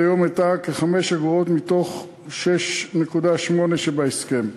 היום הייתה כ-5 אגורות מתוך 6.8 שבהסכם.